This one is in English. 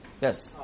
Yes